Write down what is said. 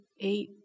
eight